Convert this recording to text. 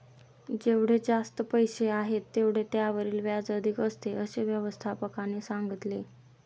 जेवढे जास्त पैसे आहेत, तेवढे त्यावरील व्याज अधिक असते, असे व्यवस्थापकाने सांगितले